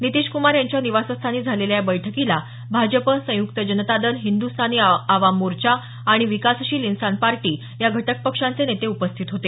नितीश कुमार यांच्या निवासस्थानी झालेल्या या बैठकीला भाजप संयुक्त जनता दल हिंदुस्तानी आवाम मोर्चा आणि विकासशील इन्सान पार्टी या घटकपक्षांचे नेते उपस्थित होते